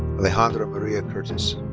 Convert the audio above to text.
alejandra maria curtis.